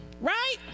right